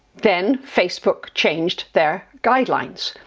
then facebook changed their guidelines.